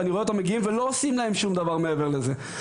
ואני רואה אותם מגיעים ולא עושים להם שום דבר מעבר לזה.